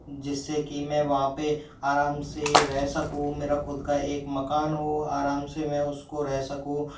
जिससे कि मैं वहाँ पे आराम से रह सकूँ मेरा खुद का एक मकान हो आराम से मैं उसको रह सकूँ